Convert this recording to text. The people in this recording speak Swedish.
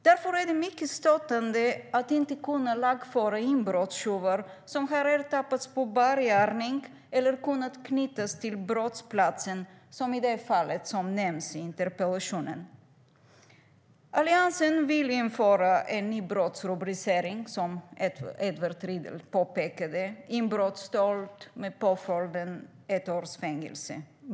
Det är därför mycket stötande att inte kunna lagföra inbrottstjuvar som har ertappats på bar gärning eller kunnat knytas till brottsplatsen, som i det fall som nämns i interpellationen. Alliansen vill införa en ny brottsrubricering, som Edward Riedl påpekade, inbrottsstöld med påföljden minst ett års fängelse.